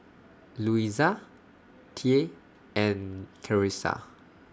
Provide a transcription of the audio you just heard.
Louisa Thea and Clarisa